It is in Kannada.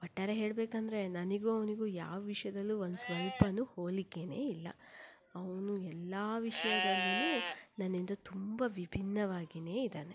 ಒಟ್ಟಾರೆ ಹೇಳಬೇಕೆಂದರೆ ನನಗೂ ಅವನಿಗೂ ಯಾವ ವಿಷಯದಲ್ಲೂ ಒಂದು ಸ್ವಲ್ಪವೂ ಹೋಲಿಕೆಯೇ ಇಲ್ಲ ಅವನು ಎಲ್ಲ ವಿಷಯದಲ್ಲೂ ನನ್ನಿಂದ ತುಂಬ ವಿಭಿನ್ನವಾಗಿಯೇ ಇದ್ದಾನೆ